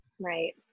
Right